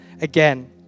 again